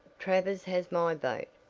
travers has my vote,